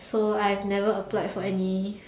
so I've never applied for any